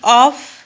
off